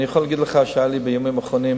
אני יכול להגיד לך שבימים האחרונים